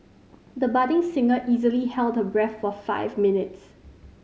the budding singer easily held her breath for five minutes